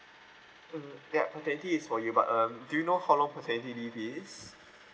mm yup paternity is for you but um do you know how long paternity leave is